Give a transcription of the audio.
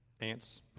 ants